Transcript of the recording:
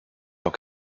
tant